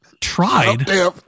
tried